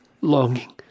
longing